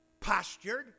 postured